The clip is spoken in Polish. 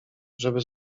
żeby